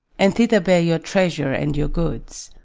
and thither bear your treasure and your goods.